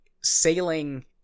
sailing